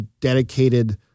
dedicated